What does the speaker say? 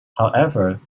however